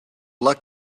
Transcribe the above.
luck